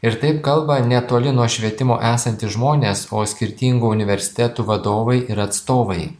ir taip kalba ne toli nuo švietimo esantys žmonės o skirtingų universitetų vadovai ir atstovai